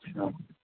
اچھا